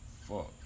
Fuck